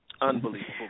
Unbelievable